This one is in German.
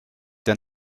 der